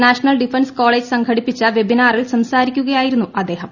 national defence college സംഘടിപ്പിച്ച വെബ്ബിനാറിൽ സംസാരിക്കുകയായിരുന്നു അദ്ദേഹം